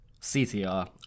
CTR